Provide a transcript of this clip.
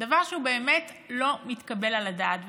דבר שהוא באמת לא מתקבל על הדעת.